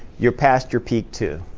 you're past your peak too.